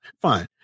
fine